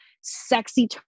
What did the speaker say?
sexy